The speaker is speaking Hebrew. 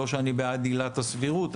לא שאני בעד עילת הסבירות,